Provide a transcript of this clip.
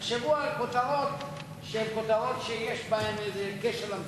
תחשבו על כותרות שיש בהן איזה קשר למציאות.